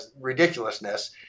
ridiculousness